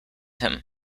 him